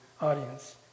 audience